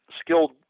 skilled